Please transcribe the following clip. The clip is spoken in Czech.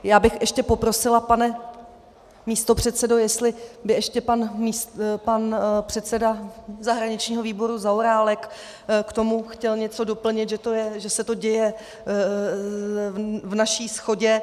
Já bych ještě poprosila, pane místopředsedo, jestli by ještě pan předseda zahraničního výboru Zaorálek k tomu chtěl něco doplnit, že se to děje v naší shodě.